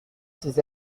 ces